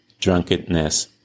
drunkenness